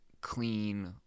clean